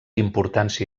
importància